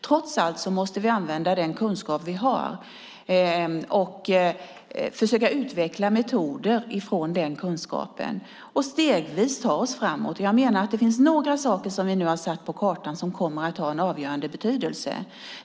Trots allt måste vi använda den kunskap vi har och försöka utveckla metoder utifrån den kunskapen och stegvis ta oss framåt. Jag menar att det finns några saker som vi nu har satt på kartan som kommer att ha en avgörande betydelse.